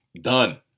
done